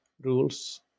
rules